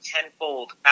tenfold